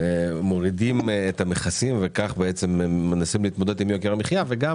מורידים את המכסים וכך מנסים להתמודד עם יוקר המחיה וגם